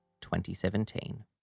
2017